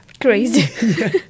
crazy